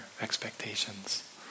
expectations